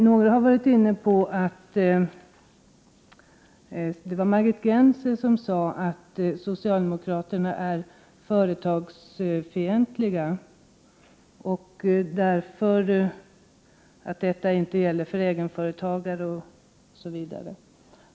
Bl.a. Margit Gennser sade att socialdemokraterna är företagsfientliga, att detta inte är något för egenföretagare osv.